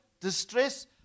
distress